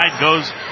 goes